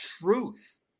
truth